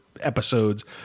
episodes